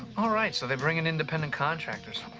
all right, so they bring in independent contractors?